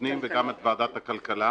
הפנים וגם ועדת הכלכלה